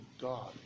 God